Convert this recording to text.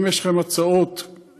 אם יש לכם הצעות קונקרטיות,